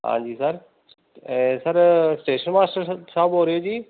ਹਾਂਜੀ sir sir station master sir ਸਾਹਿਬ ਬੋਲ ਰਹੇ ਹੋ ਜੀ